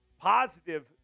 positive